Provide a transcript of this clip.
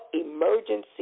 emergency